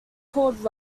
called